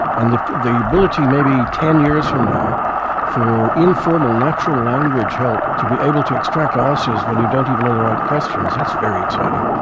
and the the ability maybe ten years from now for informal natural language help to be able to extract answers when you don't even know the right questions, that's very exciting.